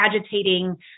agitating